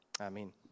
Amen